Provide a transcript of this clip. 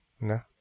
No